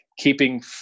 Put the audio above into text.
keeping